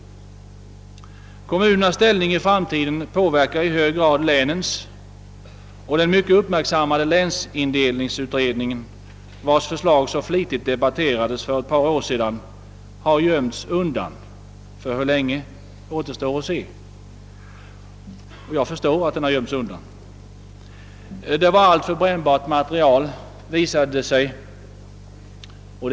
Kommunernas ställning i framtiden påverkar i hög grad länens, och den mycket uppmärksammade länsindelningsutredningen, vars förslag så flitigt debatterades för ett par år sedan, har gömts undan för hur länge återstår att se. Jag förstår att den har gömts undan. Det var alltför brännbart material, visade det sig.